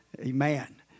Amen